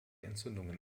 entzündungen